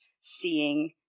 seeing